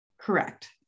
Correct